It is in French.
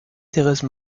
thérèse